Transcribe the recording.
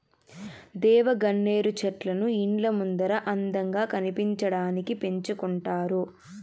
దేవగన్నేరు చెట్లను ఇండ్ల ముందర అందంగా కనిపించడానికి పెంచుకుంటారు